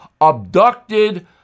abducted